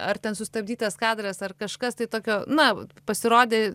ar ten sustabdytas kadras ar kažkas tai tokio na pasirodė